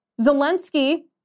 Zelensky